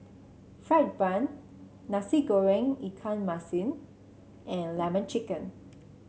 fried Bun Nasi Goreng Ikan Masin and lemon chicken